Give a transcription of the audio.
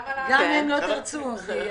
גם אם לא תרצו זה יהיה.